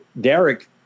Derek